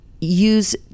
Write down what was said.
use